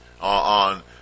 on